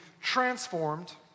transformed